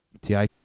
TI